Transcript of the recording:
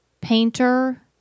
painter